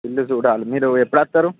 పిల్లు చూడాలి మీరు ఎప్పుడోస్తారు